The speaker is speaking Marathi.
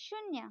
शून्य